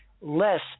less